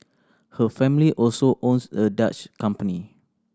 her family also owns the Dutch company